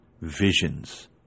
visions